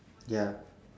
ya